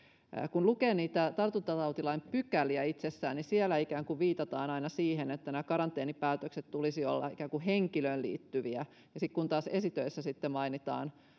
kun lukee niitä tartuntatautilain pykäliä itsessään niin siellä viitataan aina siihen että nämä karanteenipäätökset tulisi olla henkilöön liittyviä ja esitöissä sitten taas